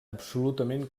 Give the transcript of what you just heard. absolutament